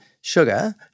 sugar